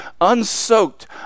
unsoaked